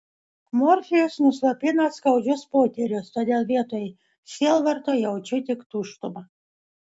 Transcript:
morfijus nuslopina skaudžius potyrius todėl vietoj sielvarto jaučiu tik tuštumą